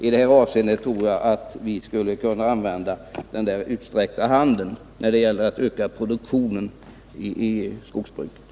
I det här avseendet tror jag att vi skulle kunna använda den där utsträckta handen när det gäller att öka produktionen i skogsbruket.